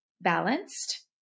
balanced